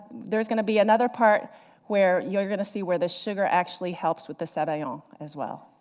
there's going to be another part where you're going to see where the sugar actually helps with the zabaione um as well.